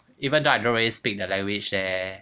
even though I don't really speak the language there